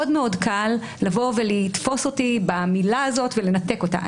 מאוד קל לבוא ולתפוס אותי במילה ולנתק אותה.